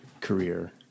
career